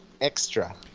extra